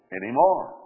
anymore